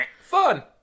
Fun